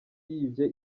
yibye